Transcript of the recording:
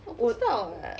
我不知道 eh